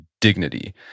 dignity